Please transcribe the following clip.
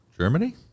Germany